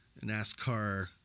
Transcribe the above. NASCAR